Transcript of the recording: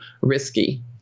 risky